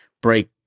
break